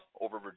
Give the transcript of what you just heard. over